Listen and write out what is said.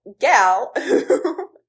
gal